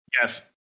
Yes